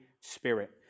Spirit